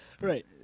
right